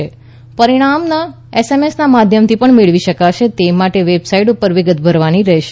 પરીક્ષાના પરિણામ ડભડના માધ્યમથી પણ મેળવી શકાશે તે માટે વેબસાઈટ ઉપર વિગત ભરવાની રહેશે